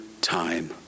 time